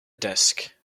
desk